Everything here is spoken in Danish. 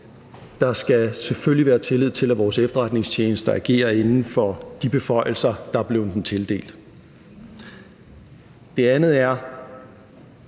der selvfølgelig skal være tillid til, at vores efterretningstjenester agerer inden for de beføjelser, der er blevet dem tildelt. Den anden er,